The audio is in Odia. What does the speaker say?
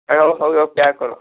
ସବୁଯାକ ପ୍ୟାକ୍ କର